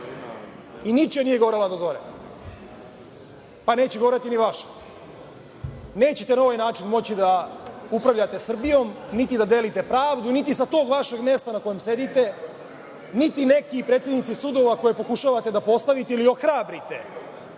Ničija nije gorela do zore, pa neće goreti ni vaša. Nećete na ovaj način moći da upravljate Srbijom, niti da delite pravdu, niti sa tog vašeg mesta na kojem sedite, niti neki predsednici sudova koje pokušavate da postavite ili ohrabrite